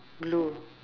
blue